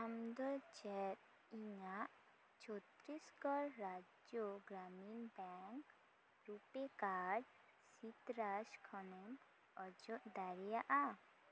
ᱟᱢᱫᱚ ᱪᱮᱫ ᱤᱧᱟᱹᱜ Chhattisgarh Rajya Gramin bank RuPay card ᱥᱤᱛᱨᱟᱥ ᱠᱷᱚᱱᱮᱢ ᱚᱪᱚᱜ ᱫᱟᱲᱮᱭᱟᱜᱼᱟ